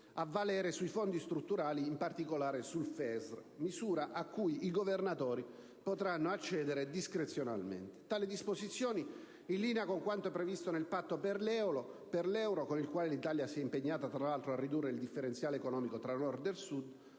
a valere sui fondi strutturali, in particolare sul FESR, misura a cui i Presidenti delle Regioni stesse potranno accedere discrezionalmente. Tali disposizioni sono in linea con quanto previsto nel Patto per l'euro, con il quale l'Italia si è impegnata, tra l'altro, a ridurre il differenziale economico tra Nord e Sud,